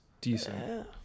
decent